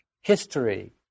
history